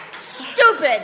Stupid